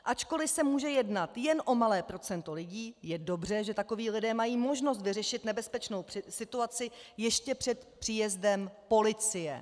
Ačkoliv se může jednat jen o malé procento lidí, je dobře, že takoví lidé mají možnost vyřešit nebezpečnou situaci ještě před příjezdem policie.